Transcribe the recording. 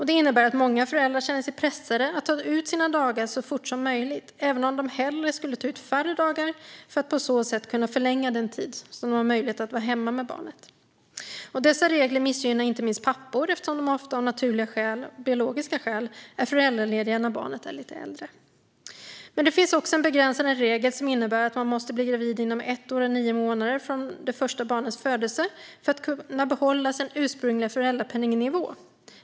Det innebär att många föräldrar känner sig pressade att ta ut sina dagar så fort som möjligt, även om de hellre skulle ta ut färre dagar för att på så sätt kunna förlänga den tid de är hemma med barnet. Dessa regler missgynnar inte minst pappor eftersom de oftast av naturliga biologiska skäl är föräldralediga när barnet är lite äldre. Det finns också en begränsande regel som innebär att man måste bli gravid inom ett år och nio månader från det första barnets födelse för att kunna behålla sin ursprungliga föräldrapenningnivå.